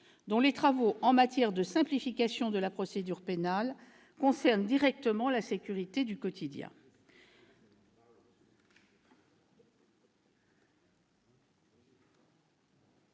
dont les travaux en matière de simplification de la procédure pénale concernent directement la sécurité du quotidien.